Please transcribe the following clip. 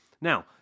Now